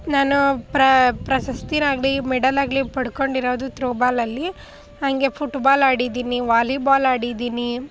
ನಾನು ಪ್ರಶಸ್ತಿನಾಗಲಿ ಮೆಡಲ್ ಆಗಲಿ ಪಡ್ಕೊಂಡಿರೋದು ಥ್ರೋಬಾಲಲ್ಲಿ ಹಂಗೆ ಫುಟ್ಬಾಲ್ ಆಡಿದ್ದೀನಿ ವಾಲಿಬಾಲ್ ಆಡಿದ್ದೀನಿ